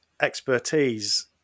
expertise